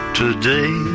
today